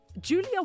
Julia